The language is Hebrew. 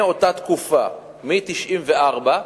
מאותה תקופה, מ-1994,